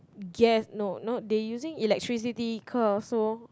gas no not they using electricity cars so